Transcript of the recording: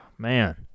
Man